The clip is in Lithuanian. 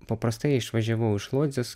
paprastai išvažiavau iš lodzės